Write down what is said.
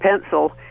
pencil